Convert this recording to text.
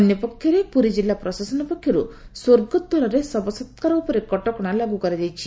ଅନ୍ୟ ପକ୍ଷରେ ପୁରୀ ଜିଲ୍ଲା ପ୍ରଶାସନ ପକ୍ଷରୁ ସ୍ୱର୍ଗଦ୍ୱାରରେ ଶବସକାର ଉପରେ କଟକଶା ଲାଗୁ କରାଯାଇଛି